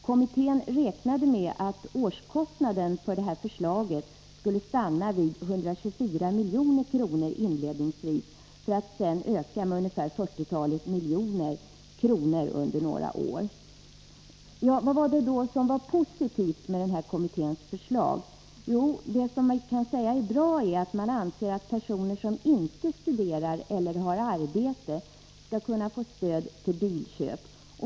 Kommittén räknade med att årskostnaden för detta förslag inledningsvis skulle stanna vid 124 milj.kr. för att sedan öka med ungefär fyrtiotalet miljoner under några år. Vad var det då som var positivt med den här kommitténs förslag? Jo, att kommittén anser att personer som inte studerar eller har arbete skall kunna få stöd till bilköp.